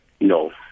No